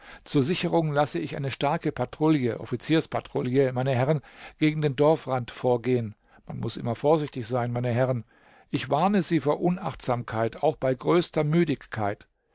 zur sicherung lasse ich eine starke patrouille offizierspatrouille meine herren gegen den dorfrand vorgehen man muß immer vorsichtig sein meine herren ich warne sie vor unachtsamkeit auch bei größter müdigkeit